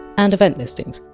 and event listings,